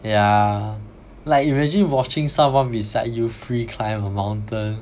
yeah like imagine watching someone beside you free climb a mountain